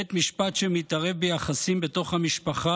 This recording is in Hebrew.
בית משפט שמתערב ביחסים בתוך המשפחה